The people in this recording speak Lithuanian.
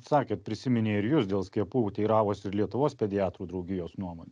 sakėt prisiminė ir jus dėl skiepų teiravosi ir lietuvos pediatrų draugijos nuomonė